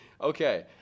Okay